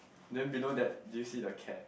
then below that do you see the cat